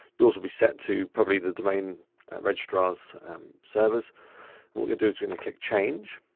you also be set to probably the domain registrar's servers and we're gonna do is gonna click change.